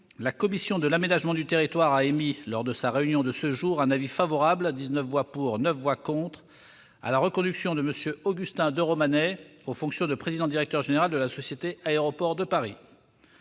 la commission de l'aménagement du territoire a émis, lors de sa réunion de ce jour, un avis favorable- 19 voix pour, 9 voix contre -à la reconduction de M. Augustin de Romanet aux fonctions de président-directeur général de la société Aéroports de Paris.